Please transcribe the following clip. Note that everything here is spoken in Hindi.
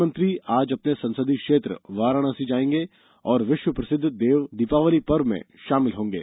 प्रधानमंत्री आज अपने संसदीय क्षेत्र वाराणसी जायेंगे और विश्वप्रसिद्ध देव दीपावली पर्व में शामिल होंगे